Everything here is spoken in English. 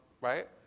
right